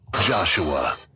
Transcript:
Joshua